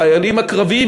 החיילים הקרביים,